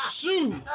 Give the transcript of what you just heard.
shoot